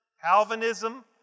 Calvinism